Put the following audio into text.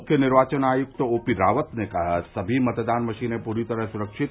मुख्य निर्वाचन आयुक्त ओपीरावत ने कहा सभी मतदान मशीनें पूरी तरह सुरक्षित